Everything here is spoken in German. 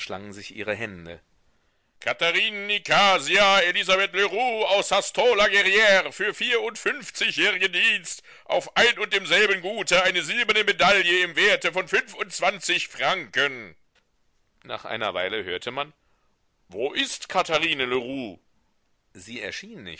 sich ihre hände katharine nikasia elisabeth leroux aus sassetot la guerrire für vierundfünfzigjährigen dienst auf ein und demselben gute eine silberne medaille im werte von fünfundzwanzig franken nach einer weile hört man wo ist katharine leroux sie